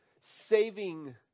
saving